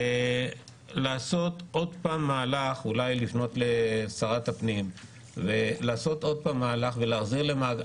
זה לעשות עוד פעם מהלך ואולי לפנות לשרת הפנים ולהחזיר למעגל,